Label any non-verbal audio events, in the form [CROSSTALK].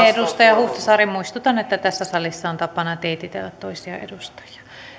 [UNINTELLIGIBLE] edustaja huhtasaari muistutan että tässä salissa on tapana teititellä toisia edustajia